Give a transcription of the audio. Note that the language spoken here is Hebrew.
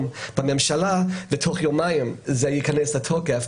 בממשלה ותוך יומיים זה ייכנס לתוקף.